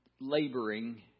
laboring